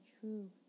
true